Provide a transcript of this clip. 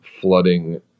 flooding